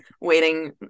waiting